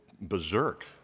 berserk